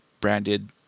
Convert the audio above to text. branded